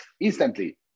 instantly